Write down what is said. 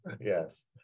yes